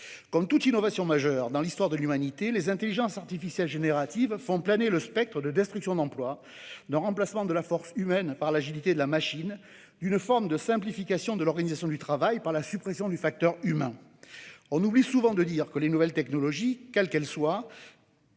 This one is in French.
Comme toute innovation majeure dans l'histoire de l'humanité, les intelligences artificielles génératives font planer le spectre de destructions d'emplois, d'un remplacement de la force humaine par l'agilité de la machine et d'une forme de simplification de l'organisation du travail par la suppression du facteur humain. On oublie seulement de dire que les nouvelles technologies, quelles qu'elles soient,